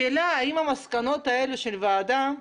השאלה היא אם המסקנות האלה של הוועדה יושמו.